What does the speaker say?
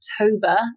October